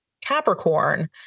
Capricorn